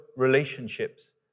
relationships